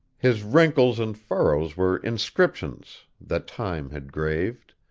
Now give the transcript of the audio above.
his wrinkles and furrows were inscriptions that time had graved,